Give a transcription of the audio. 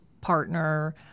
partner